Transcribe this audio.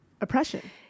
oppression